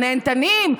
הנהנתנים,